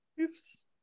Oops